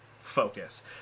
focus